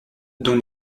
dont